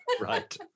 Right